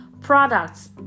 products